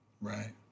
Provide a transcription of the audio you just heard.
right